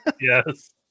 Yes